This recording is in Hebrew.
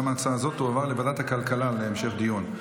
גם הצעה זו תועבר לוועדת הכלכלה להמשך דיון.